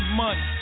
months